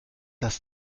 dass